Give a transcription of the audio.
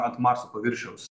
ant marso paviršiaus